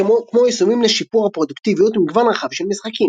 כמו יישומים לשיפור הפרודקטיביות ומגוון רחב של משחקים.